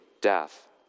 death